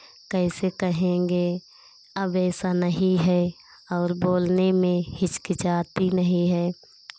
कैसे कहेंगे अब ऐसा नहीं है और बोलने में हिचकिचाती नहीं है